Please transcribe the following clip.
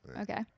Okay